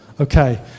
okay